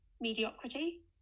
mediocrity